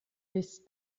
bis